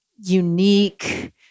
unique